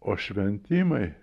o šventimai